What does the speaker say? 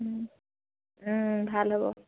ভাল হ'ব